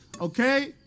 okay